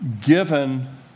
given